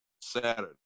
Saturday